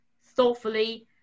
thoughtfully